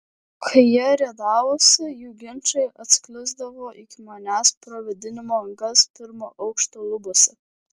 kai jie riedavosi jų ginčai atsklisdavo iki manęs pro vėdinimo angas pirmo aukšto lubose